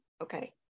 Okay